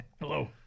hello